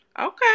Okay